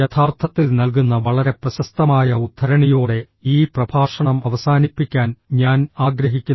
യഥാർത്ഥത്തിൽ നൽകുന്ന വളരെ പ്രശസ്തമായ ഉദ്ധരണിയോടെ ഈ പ്രഭാഷണം അവസാനിപ്പിക്കാൻ ഞാൻ ആഗ്രഹിക്കുന്നു